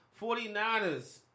49ers